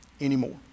anymore